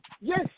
Yes